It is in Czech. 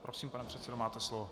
Prosím, pane předsedo, máte slovo.